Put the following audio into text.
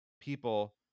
people